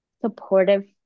supportive